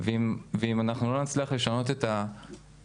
ואם אנחנו לא נצליח לשנות את הבסיס,